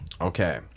Okay